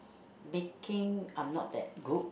baking I'm not that good